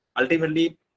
ultimately